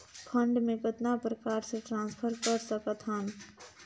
Fund मे कतना प्रकार से ट्रांसफर कर सकत हन?